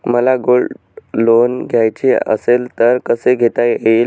मला gold loan घ्यायचे असेल तर कसे घेता येईल?